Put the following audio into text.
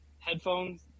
Headphones